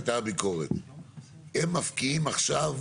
הם מפקיעים עכשיו